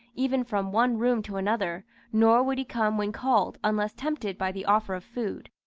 even from one room to another nor would he come when called, unless tempted by the offer of food.